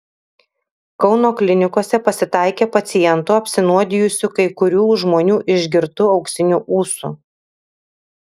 kauno klinikose pasitaikė pacientų apsinuodijusių kai kurių žmonių išgirtu auksiniu ūsu